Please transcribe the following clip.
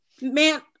man